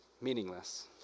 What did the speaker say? meaningless